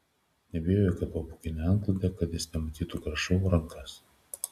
neabejoju po pūkine antklode kad jis nematytų grąžau rankas